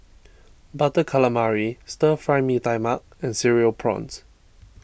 Butter Calamari Stir Fry Mee Tai Mak and Cereal Prawns